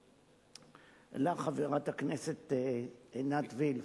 לך, חברת הכנסת עינת וילף,